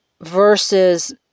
versus